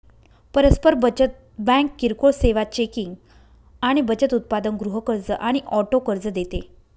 परस्पर बचत बँक किरकोळ सेवा, चेकिंग आणि बचत उत्पादन, गृह कर्ज आणि ऑटो कर्ज देते